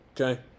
Okay